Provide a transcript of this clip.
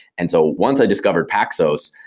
and so once i discovered paxos,